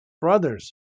brothers